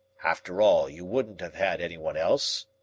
after all, you wouldn't have had anyone else?